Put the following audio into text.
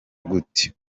gute